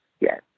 Yes